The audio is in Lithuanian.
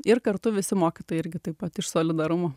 ir kartu visi mokytojai irgi taip pat iš solidarumo